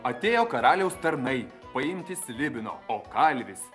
atėjo karaliaus tarnai paimti slibino o kalvis